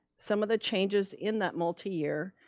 some of the changes in that multi year,